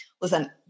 Listen